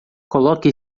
coloque